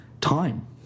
time